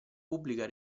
pubblica